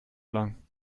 lang